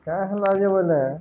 କାହା ହେ ଲାକି ବୋଇଲେ